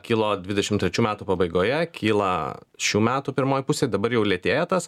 kilo dvidešimt trečių metų pabaigoje kyla šių metų pirmoj pusėj dabar jau lėtėja tas